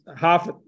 half